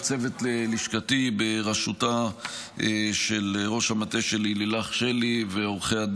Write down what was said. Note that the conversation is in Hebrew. לצוות לשכתי בראשותה של ראש המטה שלי לילך שלי ולעו"ד